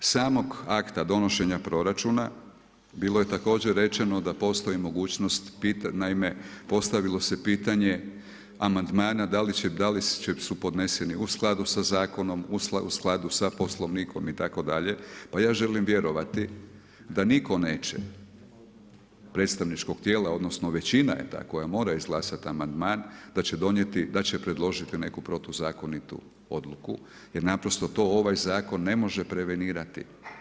Što se tiče samog akta donošenja proračuna, bilo je također rečeno da postoji mogućnost, naime postavilo se pitanje amandmana da li su podneseni u skladu sa zakonom, u skladu sa poslovnikom itd., pa ja želim vjerovati da nitko neće predstavničkog tijela odnosno većina je ta koja mora izglasati amandman da će predložiti neku protuzakonitu odluku jer naprosto to ovaj zakon ne može prevenirati.